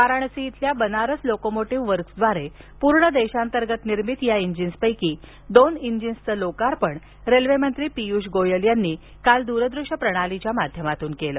वाराणसी येथील बनारस लोकोमोटिव वर्क्सद्वारे पूर्ण देशांतर्गत निर्मित या इंजिन्सपैकी दोन इंजिन्सचे लोकार्पण रेल्वेमंत्री पियुष गोयल यांनी काल दूरदृष्य प्रणालीद्वारे केले